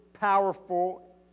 powerful